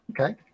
Okay